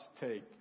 take